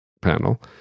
panel